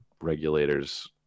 regulators